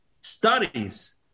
studies